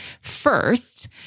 first